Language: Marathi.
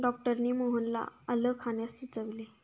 डॉक्टरांनी मोहनला आलं खाण्यास सुचविले